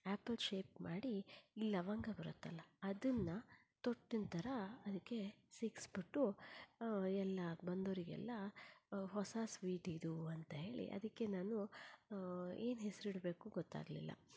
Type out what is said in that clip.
apple shape ಮಾಡಿ ಈ ಲವಂಗ ಬರುತ್ತಲ್ವ ಅದನ್ನ ತೊಟ್ಟಿನ ಥರ ಅದಕ್ಕೆ ಸಿಕ್ಕಿಸ್ಬಿಟ್ಟು ಎಲ್ಲ ಬಂದೋರಿಗೆಲ್ಲ ಹೊಸ ಸ್ವೀಟ್ ಇದು ಅಂತ ಹೇಳಿ ಅದಕ್ಕೆ ನಾನು ಏನು ಹೆಸರಿಡ್ಬೇಕು ಗೊತ್ತಾಗಲಿಲ್ಲ